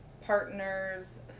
partners